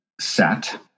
set